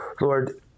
Lord